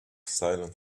silent